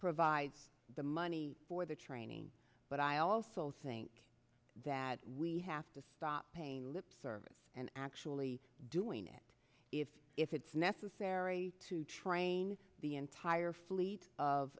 provide the money for the training but i also think that we have to stop paying lip service and actually doing it if if it's necessary to train the entire fleet of